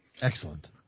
Excellent